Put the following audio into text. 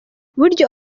burya